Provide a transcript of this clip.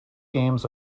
games